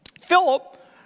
Philip